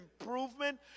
improvement